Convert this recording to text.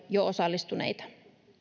jo osallistuneita